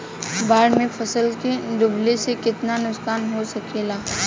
बाढ़ मे फसल के डुबले से कितना नुकसान हो सकेला?